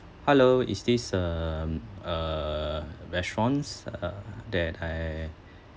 hello is this um uh restaurants uh that I